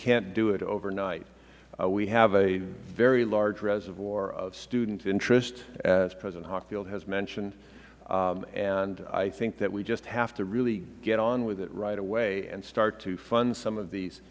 can't do it overnight we have a very large reservoir of student interest as president hockfield has mentioned and i think that we just have to really get on with it right away and start to fund some of these